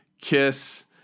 kiss